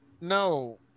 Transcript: No